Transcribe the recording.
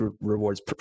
rewards